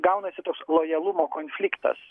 gaunasi toks lojalumo konfliktas